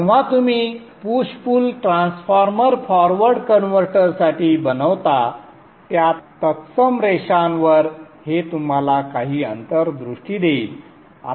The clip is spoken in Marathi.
जेव्हा तुम्ही push pull transformer forward converter साठी बनवता त्या तत्सम रेषांवर हे तुम्हाला काही अंतर्दृष्टी देईल